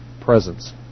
presence